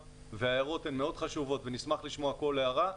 וההערות הן מאוד חשובות ונשמח לשמוע כל הערה.